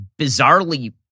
bizarrely